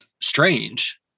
strange